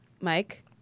Mike